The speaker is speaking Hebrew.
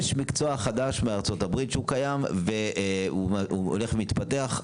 יש מקצוע חדש בארצות הברית שהוא קיים והוא הולך ומתפתח.